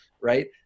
right